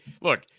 look